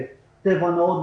טבע נאות,